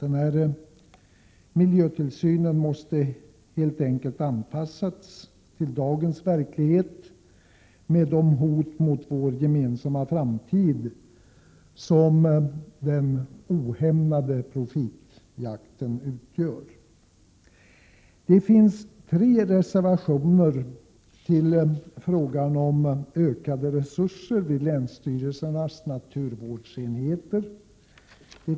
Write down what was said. Denna miljötillsyn måste helt enkelt anpassas till dagens verklighet, med de hot mot vår gemensamma framtid som den ohämmade profitjakten utgör. Tre reservationer har inlagts i frågan om ökade resurser vid länsstyrelsernas naturvårdsenheter.